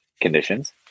conditions